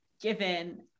given